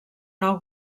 nou